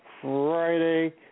Friday